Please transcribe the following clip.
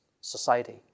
society